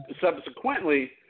subsequently